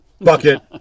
bucket